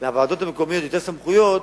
לוועדות המקומיות יותר סמכויות,